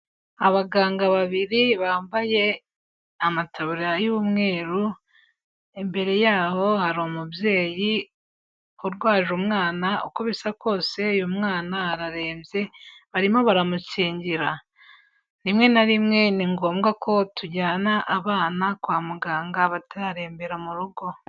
Abaganga babiri bambaye amataburiya y'umweru, imbere yaho hari umubyeyi urwaje umwana, uko bisa kose uyu mwana ararembye, barimo baramukingira. Rimwe na rimwe ni ngombwa ko tujyana abana kwa muganga batararembera mu rugo.